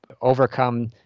overcome